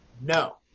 no